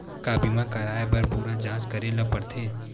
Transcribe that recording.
का बीमा कराए बर पूरा जांच करेला पड़थे?